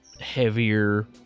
heavier